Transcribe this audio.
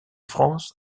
france